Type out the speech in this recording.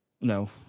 No